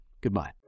goodbye